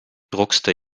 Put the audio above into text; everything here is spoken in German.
druckste